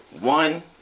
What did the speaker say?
One